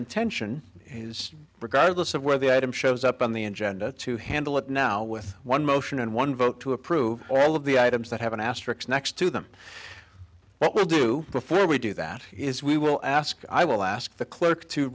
intention is regardless of where the item shows up on the agenda to handle it now with one motion and one vote to approve all of the items that have an asterisk next to them but we do before we do that is we will ask i will ask the clerk to